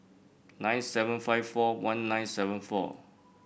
nine seven five four one nine seven four